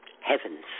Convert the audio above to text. heavens